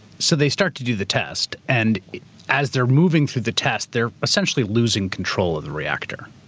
so they start to do the test and as they're moving through the test, they're essentially losing control of the reactor.